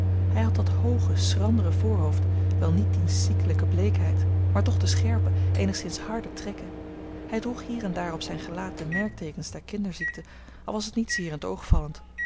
hij had dat hooge schrandere voorhoofd wel niet diens ziekelijke bleekheid maar toch de scherpe eenigszins harde trekken hij droeg hier en daar op zijn gelaat de merkteekens der kinderziekte al was t niet zeer in t oog vallend